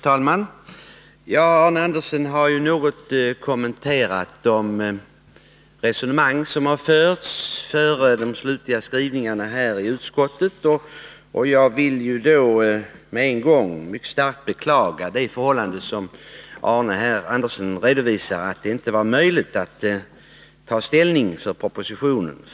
Herr talman! Arne Andersson i Ljung har något kommenterat de resonemang som fördes innan de slutliga skrivningarna gjordes i utskottet. Jag vill med en gång mycket starkt beklaga det förhållande som Arne Andersson redovisar, nämligen att det för hans partis del inte var möjligt att ta ställning till propositionen.